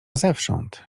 zewsząd